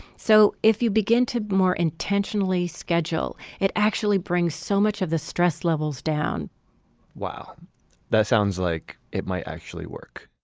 so if you begin to more intentionally schedule it actually bring so much of the stress levels down wow that sounds like it might actually work